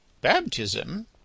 Baptism